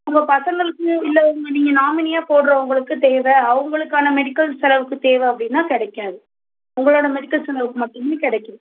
உங்கள் பசங்களுக்கு இல்லை உங்கள் நீங்கள் நாமினியாக போடுறவங்களுக்கு தேவை அவங்களுக்கான மெடிக்கல் செலவுக்கு தேவை அப்படின்னா கிடைக்காது உங்களோட மெடிக்கல் செலவுக்கு மட்டுமே தான் கிடைக்கும்